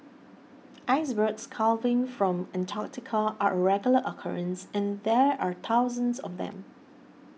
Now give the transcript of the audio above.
icebergs calving from Antarctica are a regular occurrence and there are thousands of them